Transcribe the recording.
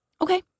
Okay